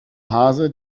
hase